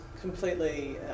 completely